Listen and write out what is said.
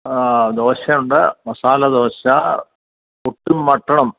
ആ ദോശയുണ്ട് മസാലദോശ പുട്ടും മട്ടണും